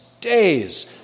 days